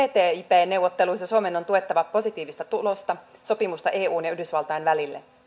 ttip neuvotteluissa suomen on tuettava positiivista tulosta sopimusta eun ja yhdysvaltain välille